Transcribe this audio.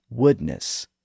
woodness